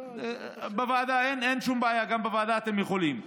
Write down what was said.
והוועדה תדון.